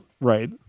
Right